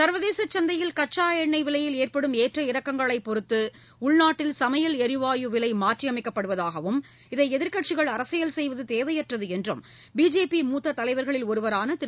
சர்வதேச சந்தையில் கச்சா எண்ணெய் விவையில் ஏற்படும் ஏற்ற இறக்கங்களைப் பொறுத்து உள்நாட்டில் சமையல் எரிவாயு விலை மாற்றி அமைக்கப்படுவதாகவும் இதை எதிர்க்கட்சிகள் அரசியல் செய்வது தேவையற்றது என்றும் பிஜேபி மூத்த தலைவர்களில் ஒருவரான திரு